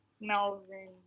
Melvin